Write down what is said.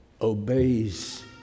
obeys